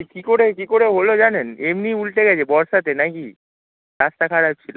কী করে কী করে হলো জানেন এমনি উলটে গেছে বর্ষাতে নাকি রাস্তা খারাপ ছিলো